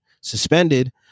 suspended